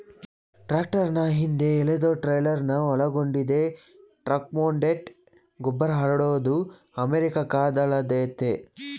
ಟ್ರಾಕ್ಟರ್ನ ಹಿಂದೆ ಎಳೆದಟ್ರೇಲರ್ನ ಒಳಗೊಂಡಿದೆ ಟ್ರಕ್ಮೌಂಟೆಡ್ ಗೊಬ್ಬರಹರಡೋದು ಅಮೆರಿಕಾದಲ್ಲಯತೆ